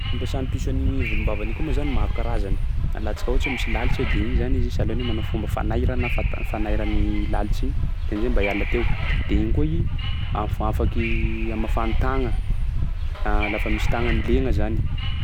Fampiasan'ny piso an'igny volom-bavany igny koa moa zany maro karazany. Alantsika ohatsy hoe misy lalitsy eo de igny zany izy sahalan'ny hoe manao fomba fanairana fata- fanairany lalitsy igny de am'zay mba hiala teo. De igny koa i af- afaky amafan'ny tagna lafa misy tagnany lena zany.